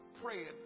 praying